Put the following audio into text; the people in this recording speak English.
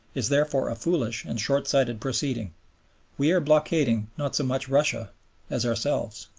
is therefore a foolish and short-sighted proceeding we are blockading not so much russia as ourselves.